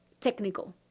technical